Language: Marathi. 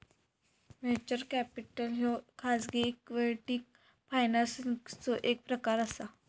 व्हेंचर कॅपिटल ह्यो खाजगी इक्विटी फायनान्सिंगचो एक प्रकार असा